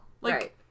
Right